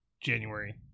January